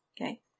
Okay